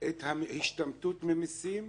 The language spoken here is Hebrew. את ההשתמטות ממסים.